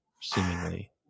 seemingly